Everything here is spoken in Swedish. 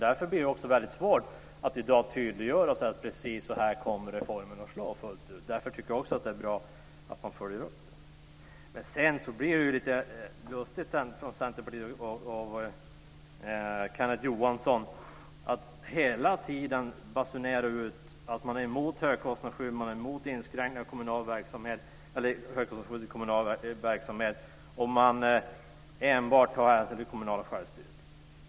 Därför blir det också svårt att i dag tydliggöra detta och säga: Precis så här kommer reformen att slå fullt ut. Därför tycker jag också att det är bra att man följer upp det hela. Det blir lite lustigt när Centerpartiet och Kenneth Johansson hela tiden basunerar ut att de är emot högkostnadsskydd och emot högkostnadsskydd i kommunal verksamhet och att de enbart tar hänsyn till det kommunala självstyret.